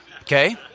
Okay